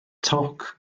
toc